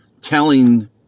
telling